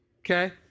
okay